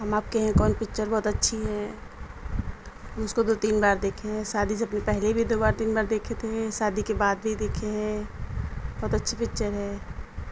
ہم آپ کے ہیں کون پکچر بہت اچھی ہیں ہم اس کو دو تین بار دیکھے ہیں شادی سے اپنے پہلے بھی دو بار تین بار دیکھے تھے شادی کے بعد بھی دیکھے ہیں بہت اچھی پکچر ہے